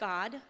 God